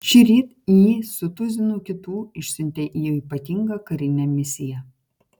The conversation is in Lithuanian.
šįryt jį su tuzinu kitų išsiuntė į ypatingą karinę misiją